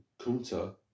Kunta